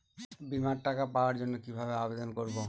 বিমার টাকা পাওয়ার জন্য কিভাবে আবেদন করব?